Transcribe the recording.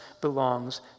belongs